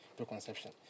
preconception